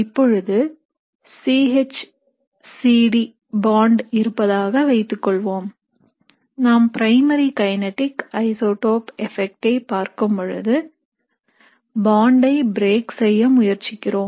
இப்பொழுது C H C D bond இருப்பதாக வைத்துக்கொள்வோம் நாம் பிரைமரி கனெடிக் ஐசோடோப் எபெக்டை பார்க்கும் பொழுது bond ஐ பிரேக் செய்ய முயற்சிக்கிறோம்